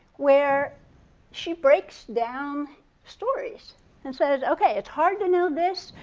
where she breaks down stories and says, okay, it's hard to know this,